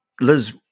Liz